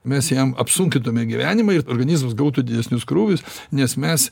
mes jam apsunkintume gyvenimą ir organizmas gautų didesnius krūvius nes mes